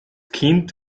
kind